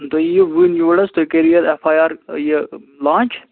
تُہۍ یِیِو وٕنۍ یوٗرۍ حظ تُہۍ کٔرِو یَتھ اٮ۪ف آی آر یہِ لانٛچ